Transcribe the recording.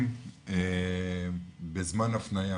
בזמן הפנייה,